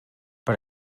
per